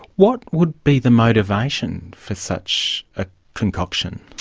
what would be the motivation for such a concoction?